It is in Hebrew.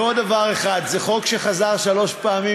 ועוד דבר אחד זה חוק שחזר שלוש פעמים,